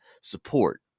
support